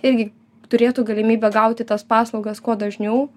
irgi turėtų galimybę gauti tas paslaugas kuo dažniau